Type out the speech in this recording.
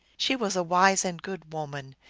she was a wise and good woman.